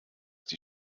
die